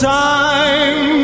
time